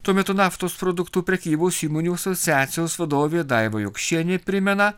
tuo metu naftos produktų prekybos įmonių asociacijos vadovė daiva jokšienė primena